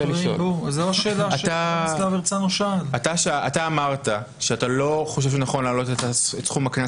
אבל אתה אמרת שאתה לא חושב שנכון להעלות את סכום הקנס